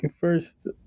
first